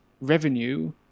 revenue